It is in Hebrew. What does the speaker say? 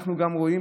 אנחנו גם רואים,